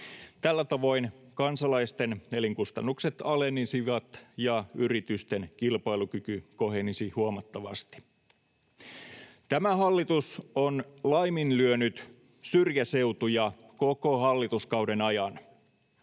Tällä tavoin kansalaisten elinkustannukset alenisivat ja yritysten kilpailukyky kohenisi huomattavasti. Tämä hallitus on laiminlyönyt syrjäseutuja koko hallituskauden ajan.